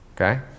okay